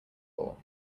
ball